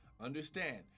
Understand